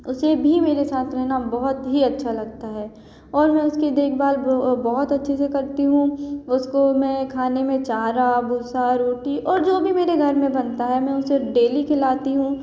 उसे भी मेरे साथ रहना बहुत ही अच्छा लगता है और मैं उसकी देखभाल बहुत अच्छे से करती हूँ उसको मैं खाने में चारा भूंसा रोटी और जो भी मेरे घर में बनता है मैं उसे डेली खिलाती हूँ